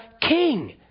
king